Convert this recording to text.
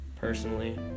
Personally